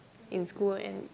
in school and